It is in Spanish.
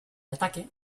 ataque